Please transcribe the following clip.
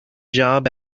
job